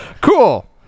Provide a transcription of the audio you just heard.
Cool